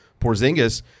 Porzingis